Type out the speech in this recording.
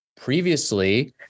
Previously